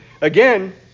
again